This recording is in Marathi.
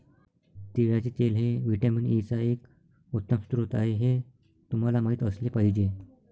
तिळाचे तेल हे व्हिटॅमिन ई चा एक उत्तम स्रोत आहे हे तुम्हाला माहित असले पाहिजे